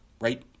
right